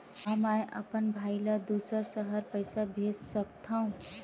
का मैं अपन भाई ल दुसर शहर पईसा भेज सकथव?